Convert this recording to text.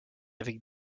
avec